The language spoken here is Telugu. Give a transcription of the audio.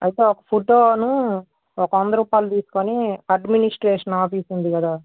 అయితే ఒక ఫోటోను ఒక వంద రూపాయలు తీసుకొని అడ్మినిస్ట్రేషన్ ఆఫీస్ ఉంది కదా